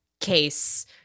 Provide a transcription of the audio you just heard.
case